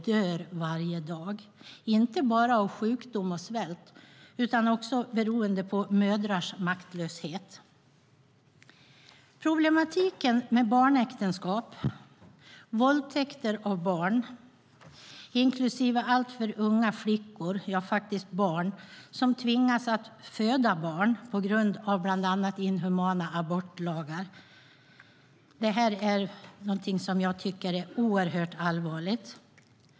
De dör inte bara av sjukdom och svält utan också beroende på mödrars maktlöshet. Problematiken med barnäktenskap och våldtäkter av barn, vilket inkluderar alltför unga flickor - ja, de är faktiskt barn - som tvingas att föda barn på grund av bland annat inhumana abortlagar, är någonting jag tycker är oerhört allvarligt.